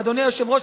ואדוני היושב-ראש,